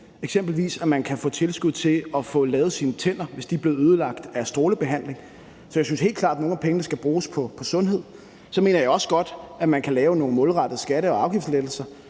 eksempelvis ved at man kan få tilskud til at få lavet sine tænder, hvis de er blevet ødelagt af strålebehandling. Så jeg synes helt klart, at nogle af pengene skal bruges på sundhed. Så mener jeg også godt, at man kan lave nogle målrettede skatte- og afgiftslettelser.